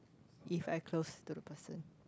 if I close to the person